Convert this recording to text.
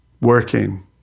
Working